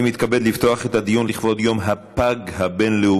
אני מתכבד לפתוח את הדיון לכבוד יום הפג הבין-לאומי